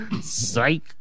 Psych